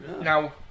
Now